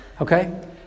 Okay